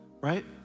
right